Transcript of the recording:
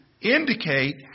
indicate